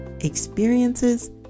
experiences